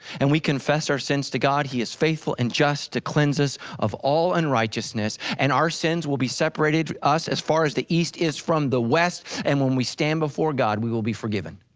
and we confess our sins to god, he is faithful and just to cleanse us of all unrighteousness and our sins will be separated to us as far as the east is from the west and when we stand before god, we will be forgiven.